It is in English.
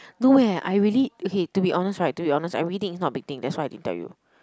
no eh I really okay to be honest right to be honest I really think it's not a big thing that's why I didn't tell you